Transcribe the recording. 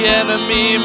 enemy